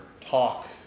talk